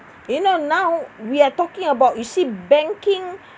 you know now we are talking about you see banking